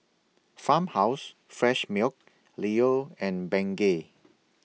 Farmhouse Fresh Milk Leo and Bengay